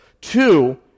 Two